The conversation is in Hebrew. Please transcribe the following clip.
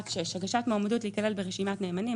פרט 6 הגשת מועמדות להיכלל ברשימת נאמנים,